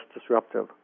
disruptive